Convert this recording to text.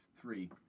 Three